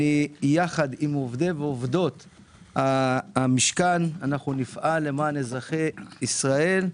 יחד עם עובדות ועובדי המשכן אנחנו נפעל למען אזרחי ישראל,